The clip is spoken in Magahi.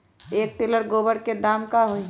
एक टेलर गोबर के दाम का होई?